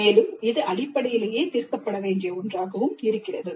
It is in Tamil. மேலும் இது அடிப்படையில் தீர்க்கப்பட வேண்டிய ஒன்றாகவும் உள்ளது